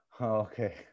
Okay